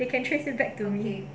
they can trace it back for me